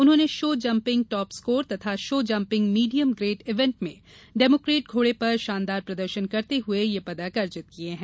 उन्होंने show jumping top score तथा show jumping medium grade event में डेमोक्रेट घोड़े पर शानदार प्रदर्शन करते हुए यह पदक अर्जित किये हैं